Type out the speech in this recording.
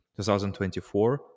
2024